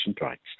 rights